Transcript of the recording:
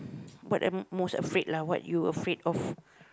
what a~ most afraid lah what you afraid of